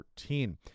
13